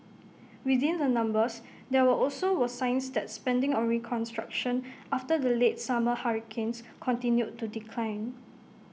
within the numbers there were also were signs that spending on reconstruction after the late summer hurricanes continued to decline